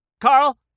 Carl